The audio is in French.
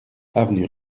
avenue